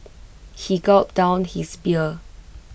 he gulped down his beer